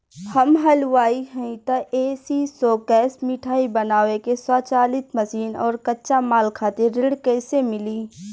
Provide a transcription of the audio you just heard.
हम हलुवाई हईं त ए.सी शो कैशमिठाई बनावे के स्वचालित मशीन और कच्चा माल खातिर ऋण कइसे मिली?